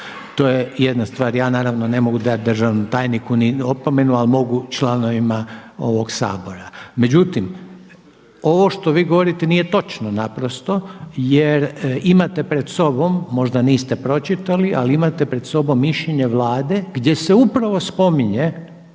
To je jedna stvar. Ja naravno ne mogu dati državnom tajniku ni opomenu ali mogu članovima ovog Sabora. Međutim, ovo što vi govorite nije točno naprosto jer imate pred sobom, možda niste pročitali ali imate pred sobom mišljenje Vlade gdje se upravo spominje